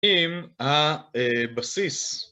‫עם הבסיס.